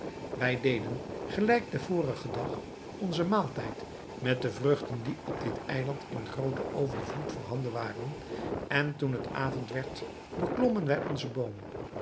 wij deden gelijk den vorigen dag onzen maaltijd met de vruchten die op dit eiland in grooten overvloed voorhanden waren en toen het avond werd beklommen wij onzen boom